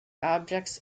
objects